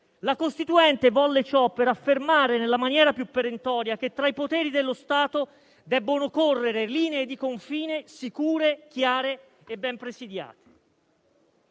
La Costituente volle ciò per affermare nella maniera più perentoria che tra i poteri dello Stato devono correre linee di confine sicure, chiare e ben presidiate.